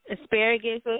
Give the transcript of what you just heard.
Asparagus